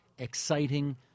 exciting